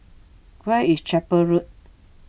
where is Chapel Road